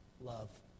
Love